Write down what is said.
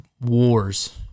wars